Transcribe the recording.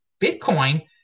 Bitcoin